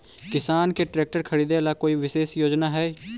किसान के ट्रैक्टर खरीदे ला कोई विशेष योजना हई?